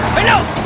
i know